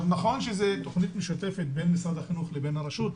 נכון שזו תוכנית שמשותפת למשרד החינוך והרשות,